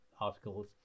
articles